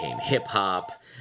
hip-hop